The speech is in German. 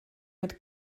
mit